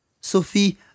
Sophie